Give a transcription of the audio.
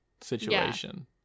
situation